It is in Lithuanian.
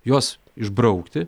juos išbraukti